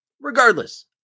Regardless